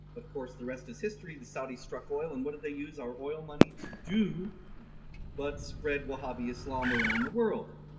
of course the rest is history the saudi struck oil and what did they use our oil money to do but spread wahhabi islam around the world,